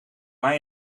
mij